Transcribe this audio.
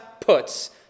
puts